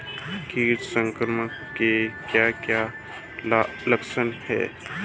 कीट संक्रमण के क्या क्या लक्षण हैं?